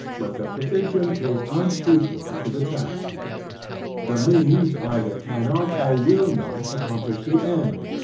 but the provision is unequal to the task the means either cannot or will not accomplish the end,